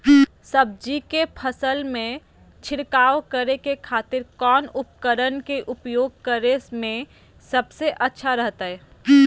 सब्जी के फसल में छिड़काव करे के खातिर कौन उपकरण के उपयोग करें में सबसे अच्छा रहतय?